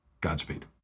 Godspeed